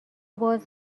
باز